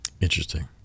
Interesting